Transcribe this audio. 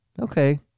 okay